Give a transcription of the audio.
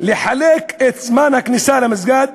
לחלק את זמן הכניסה למסגד